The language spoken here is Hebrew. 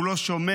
הוא לא שומע